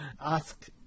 ask